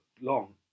long